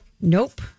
Nope